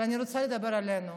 אבל אני רוצה לדבר עלינו.